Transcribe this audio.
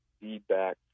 feedback